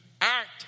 act